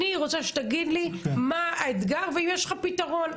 אני רוצה שתגיד לי מה האתגר ואם יש לך פיתרון.